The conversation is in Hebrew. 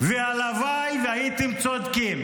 הלוואי והייתם צודקים,